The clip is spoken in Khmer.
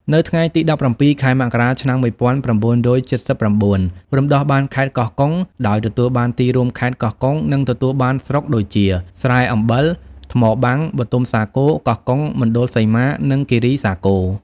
នៅថ្ងៃទី ១៧ ខែមករា ឆ្នាំ ១៩៧៩ រំដោះបានខេត្តកោះកុង ដោយទទួលបានទីរួមខេត្ត កោះកុង និងទទួលបានស្រុកដូចជា ស្រែអំបិល ថ្មបាំង បូទុមសាគរ កោះកុង មណ្ឌលសីម៉ា និងគីរីសាគរ។